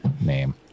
name